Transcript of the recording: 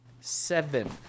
Seven